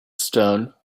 stone